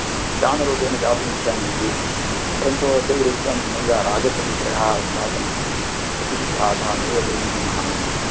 दानरूपेण दातुमिच्छामि इति परन्तु तैरुक्तं नैव राजप्रतिग्रहः अस्माकं प्रतिषिद्धः अतः नैव गृह्णीमः इति